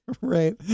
right